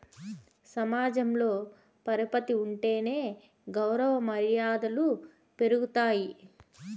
సమాజంలో పరపతి ఉంటేనే గౌరవ మర్యాదలు పెరుగుతాయి